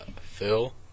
Phil